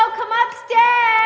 ah come ah upstairs.